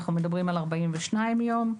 אנחנו מדברים על 42 יום.